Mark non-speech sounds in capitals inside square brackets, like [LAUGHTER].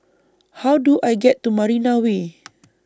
How Do I get to Marina Way [NOISE]